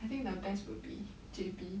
I think the best would be J_B